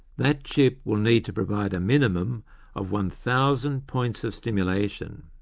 that chip will need to provide a minimum of one thousand points of stimulation.